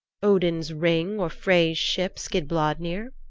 odin's ring or frey's ship, skidbladnir?